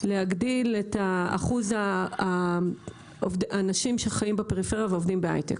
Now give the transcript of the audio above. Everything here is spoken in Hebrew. להגדיל את אחוז האנשים שחיים בפריפריה ועובדים בהייטק.